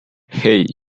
hey